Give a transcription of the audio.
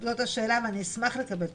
זאת השאלה ואני אשמח לקבל תשובה.